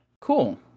cool